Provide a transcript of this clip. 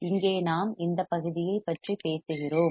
இங்கே நாம் இந்த பகுதியைப் பற்றி பேசுகிறோம்